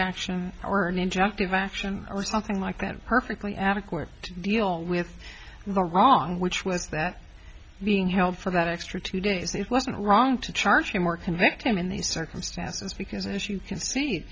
action or an injective action or something like that perfectly adequate to deal with the wrong which was that being held for that extra two days it wasn't wrong to charge him or convict him in these circumstances because as you can see